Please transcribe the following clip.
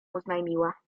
oznajmiła